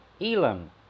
Elam